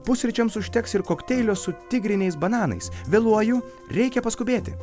pusryčiams užteks ir kokteilio su tigriniais bananais vėluoju reikia paskubėti